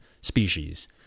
species